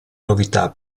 novità